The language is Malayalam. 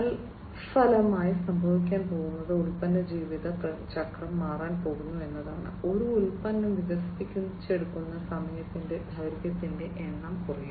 തൽഫലമായി സംഭവിക്കാൻ പോകുന്നത് ഉൽപ്പന്ന ജീവിത ചക്രം മാറാൻ പോകുന്നു എന്നതാണ് ഒരു ഉൽപ്പന്നം വികസിപ്പിച്ചെടുക്കുന്ന സമയത്തിന്റെ ദൈർഘ്യത്തിന്റെ എണ്ണം കുറയും